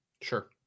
Sure